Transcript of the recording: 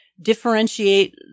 differentiate—